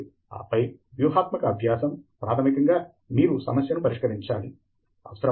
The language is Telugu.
కాబట్టి మీ పరిష్కారానికి ఒక ధృవీకరణ అవసరం మీ మెదడు యొక్క ఎడమ భాగము ఆ సమస్యను తార్కికంగా పరీక్షించి ధృవీకరణను ఇస్తుంది